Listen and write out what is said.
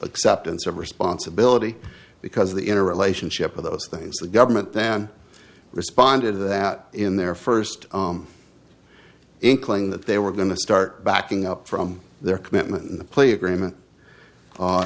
acceptance of responsibility because the in a relationship of those things the government then responded to that in their first inkling that they were going to start backing up from their commitment in the play agreement